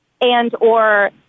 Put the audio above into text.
and/or